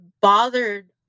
bothered